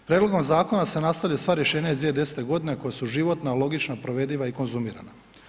Prijedlogom zakona se nastavljaju sva rješenja iz 2010. godine koja su životna, logična, provediva i konzumirana.